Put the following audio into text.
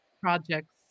projects